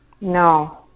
No